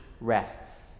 rests